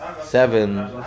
seven